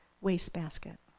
wastebasket